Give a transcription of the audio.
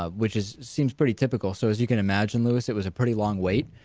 ah which is, seems pretty typical. so as you can imagine, louis, it was a pretty long wait.